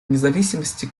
независимости